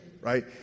right